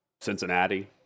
Cincinnati